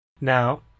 Now